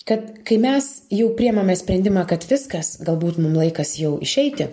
kad kai mes jau priimame sprendimą kad viskas galbūt mum laikas jau išeiti